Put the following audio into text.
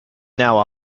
now